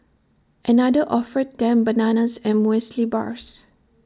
another offered them bananas and Muesli Bars